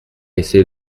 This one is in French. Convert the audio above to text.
essayer